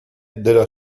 della